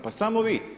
Pa samo vi.